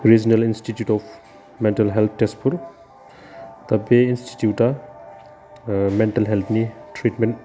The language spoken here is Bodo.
Reginald institute of mental health Tezpur दा बे इनस्टिटिउटआ मेन्टेल हेल्डनि ट्रिटमेन्ट